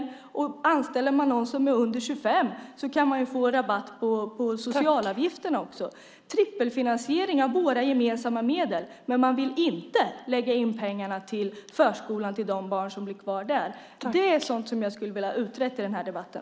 Om man anställer någon som är under 25 kan man också få rabatt på socialavgifterna. Det är trippelfinansiering av våra gemensamma medel, men pengarna ska inte läggas på de barn som blir kvar i förskolan. Det är sådant som jag vill ha utrett i den här debatten.